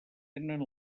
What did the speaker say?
tenen